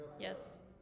Yes